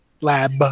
Lab